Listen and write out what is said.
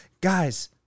guys